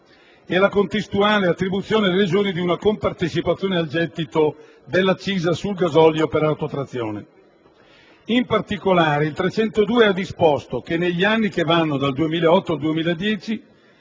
e la contestuale attribuzione alle Regioni di una compartecipazione al gettito dell'accisa sul gasolio per autotrazione. In particolare, il comma 302 ha disposto che negli anni che vanno dal 2008 al 2010